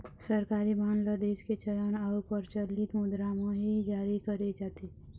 सरकारी बांड ल देश के चलन अउ परचलित मुद्रा म ही जारी करे जाथे